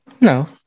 No